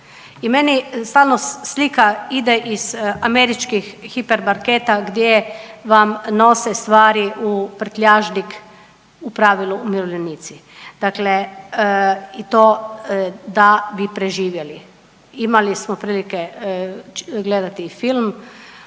I meni stalno slika ide iz američkih hipermarketa gdje vam nose stvari u prtljažnik u pravilu umirovljenici, dakle i to da bi preživjeli. Imali smo prilike gledati i film